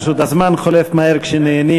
פשוט הזמן חולף מהר כשנהנים,